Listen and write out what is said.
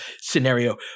scenario